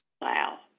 Wow